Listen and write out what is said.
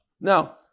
Now